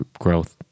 growth